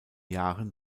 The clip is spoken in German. jahren